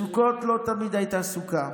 בסוכות לא תמיד הייתה סוכה.